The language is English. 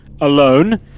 alone